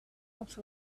not